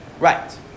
Right